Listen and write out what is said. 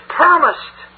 promised